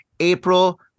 April